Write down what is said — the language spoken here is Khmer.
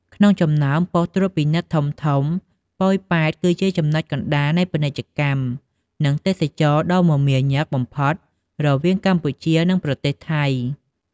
ក្នុងចំណោមប៉ុស្តិ៍ត្រួតពិនិត្យធំៗ ប៉ោយប៉ែត គឺជាចំណុចកណ្តាលនៃពាណិជ្ជកម្ម និងទេសចរណ៍ដ៏មមាញឹកបំផុតរវាងកម្ពុជា និងប្រទេសថៃ។